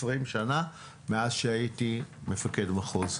20 שנה מאז שהייתי מפקד מחוז.